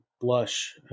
blush